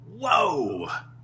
Whoa